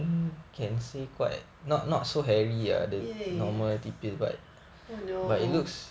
ya ya ya oh no